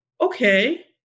Okay